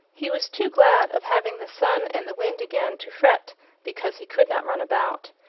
he was too glad of having the sun and the wind again, to fret because he could not run about.